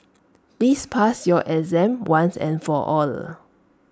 please pass your exam once and for all